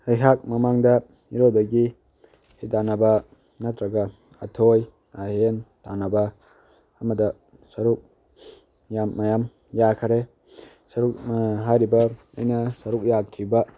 ꯑꯩꯍꯥꯛ ꯃꯃꯥꯡꯗ ꯏꯔꯣꯏꯕꯒꯤ ꯍꯤꯗꯥꯟꯅꯕ ꯅꯠꯇ꯭ꯔꯒ ꯑꯊꯣꯏ ꯑꯍꯦꯟ ꯇꯥꯟꯅꯕ ꯑꯃꯗ ꯁꯔꯨꯛ ꯃꯌꯥꯝ ꯌꯥꯈꯔꯦ ꯍꯥꯏꯔꯤꯕ ꯑꯩꯅ ꯁꯔꯨꯛ ꯌꯥꯈꯤꯕ